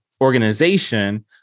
organization